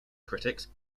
critics